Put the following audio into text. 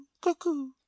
cuckoo